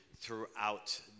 throughout